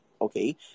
okay